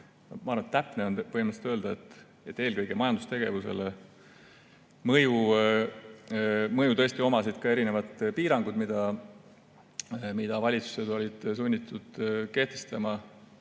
ma arvan, et täpne on põhimõtteliselt öelda, et eelkõige mõjusid majandustegevusele tõesti ka erinevad piirangud, mida valitsused olid sunnitud kehtestama